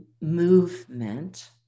movement